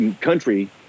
country